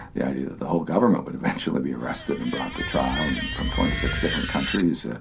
the idea that the whole government would eventually be arrested and brought to trial and from twenty six different countries. ah